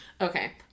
okay